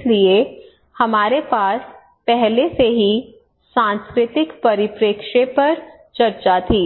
इसलिए हमारे पास पहले से ही सांस्कृतिक परिप्रेक्ष्य पर चर्चा थी